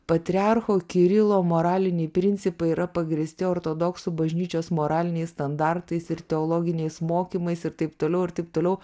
patriarcho kirilo moraliniai principai yra pagrįsti ortodoksų bažnyčios moraliniais standartais ir teologiniais mokymais ir taip toliau ir taip toliau